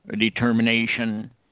determination